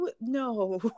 no